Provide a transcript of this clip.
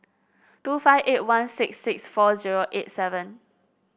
two five eight one six six four zero eight seven